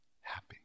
happy